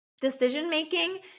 Decision-making